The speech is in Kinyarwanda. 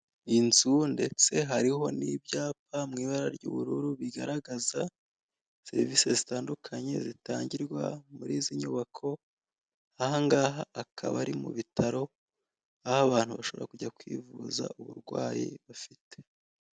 Inzu ndetse hariho n'ibyapa mu ibara ry'ubururu bigaragaza serivise zitandukanye zitangirwa muri izi nyubako nkaha ngaha akaba ari mu bitaro aho abantu bashobora kujya kwivuza uburwayi bafite.